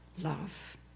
love